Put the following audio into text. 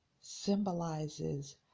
symbolizes